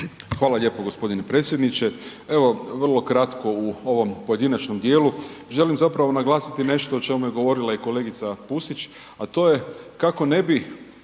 Hvala lijepo g. predsjedniče. Evo, vrlo kratko u ovom pojedinačnom dijelu. Želim zapravo naglasiti nešto o čemu je govorila i kolegica Pusić, a to je kako ne bi